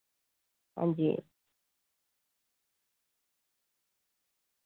अंजी